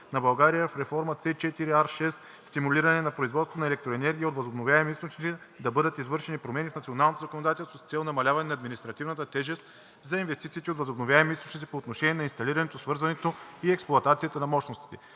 на България в реформа C4.R6 „Стимулиране на производството на електроенергия от възобновяеми източници“ да бъдат извършени промени в националното законодателство с цел намаляване на административната тежест за инвестициите от възобновяеми източници по отношение на инсталирането, свързването и експлоатацията на мощностите.